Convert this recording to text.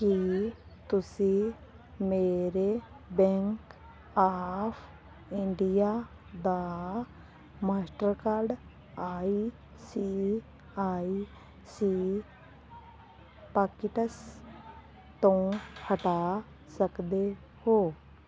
ਕੀ ਤੁਸੀਂਂ ਮੇਰੇ bank of India ਦਾ Mastercard I C I C I pockets ਤੋਂ ਹਟਾ ਸਕਦੇ ਹੋ